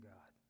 God